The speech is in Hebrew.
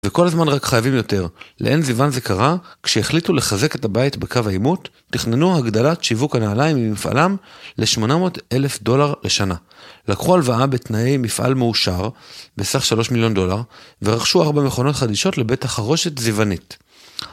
וכל הזמן רק חייבים יותר. לעין זיוון זה קרה? כשהחליטו לחזק את הבית בקו העימות, תכננו הגדלת שיווק הנעליים ממפעלם ל-800 אלף דולר לשנה. לקחו הלוואה בתנאי מפעל מאושר, בסך שלוש מיליון דולר, ורכשו ארבע מכונות חדישות לבית החרושת זיוונית.